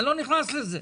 אני לא נכנס לזה.